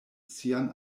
sian